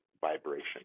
vibration